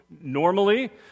normally